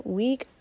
week